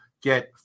get